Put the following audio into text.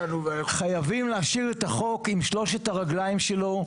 חייבים להשאיר את החוק עם שלוש הרגליים שלו,